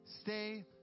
stay